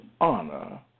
honor